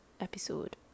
episode